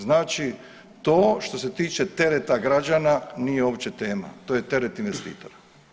Znači to što se tiče tereta građana nije uopće tema, to je teret investitora.